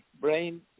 brain